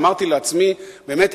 ואמרתי לעצמי: באמת,